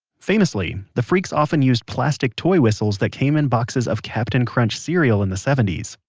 famously, the phreaks often used plastic toy whistles that came in boxes of captain crunch cereal in the seventy s.